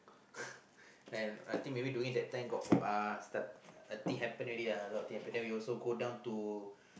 and I think maybe during that time got boring thing happen already ah a lot of thing happen then we also go down to